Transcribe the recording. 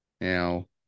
Now